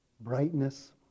brightness